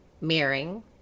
mirroring